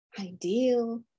ideal